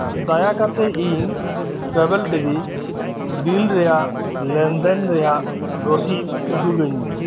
ᱫᱟᱭᱟ ᱠᱟᱛᱮᱫ ᱤᱧ ᱠᱮᱵᱮᱞ ᱴᱤᱵᱷᱤ ᱵᱤᱞ ᱨᱮᱭᱟᱜ ᱞᱮᱱ ᱫᱮᱱ ᱨᱮᱭᱟᱜ ᱨᱚᱥᱤᱫᱽ ᱩᱫᱩᱜᱟᱹᱧ ᱢᱮ